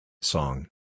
Song